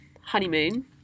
honeymoon